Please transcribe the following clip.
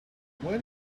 when